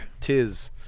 Tis